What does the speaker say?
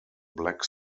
black